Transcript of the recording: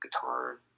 guitar